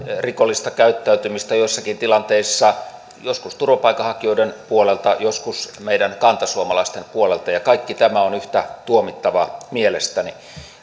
rikollista käyttäytymistä joissakin tilanteissa joskus turvapaikanhakijoiden puolelta joskus meidän kantasuomalaisten puolelta ja kaikki tämä on yhtä tuomittavaa mielestäni